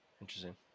interesting